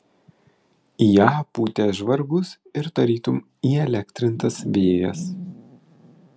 į ją pūtė žvarbus ir tarytum įelektrintas vėjas